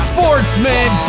Sportsman